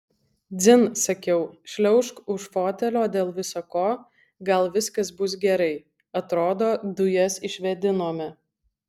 dzin sakiau šliaužk už fotelio dėl visa ko gal viskas bus gerai atrodo dujas išvėdinome